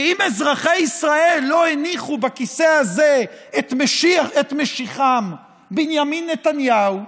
כי אם אזרחי ישראל לא הניחו בכיסא הזה את משיחם בנימין נתניהו,